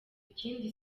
bikindi